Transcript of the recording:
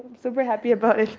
super happy about